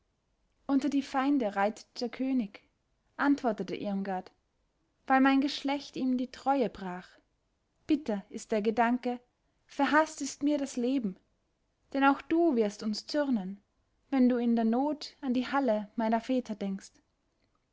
unter die feinde reitet der könig antwortete irmgard weil mein geschlecht ihm die treue brach bitter ist der gedanke verhaßt ist mir das leben denn auch du wirst uns zürnen wenn du in der not an die halle meiner väter denkst